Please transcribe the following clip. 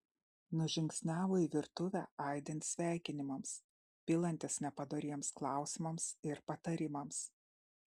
nužingsniavo į virtuvę aidint sveikinimams pilantis nepadoriems klausimams ir patarimams